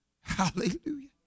Hallelujah